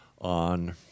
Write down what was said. on